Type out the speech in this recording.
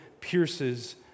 pierces